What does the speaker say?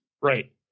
Right